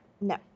no